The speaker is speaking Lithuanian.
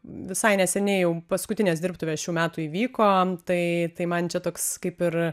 visai neseniai jau paskutinės dirbtuvės šių metų įvyko tai tai man čia toks kaip ir